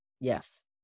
Yes